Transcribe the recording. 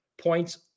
points